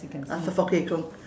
uh